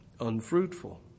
unfruitful